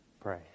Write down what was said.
pray